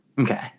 Okay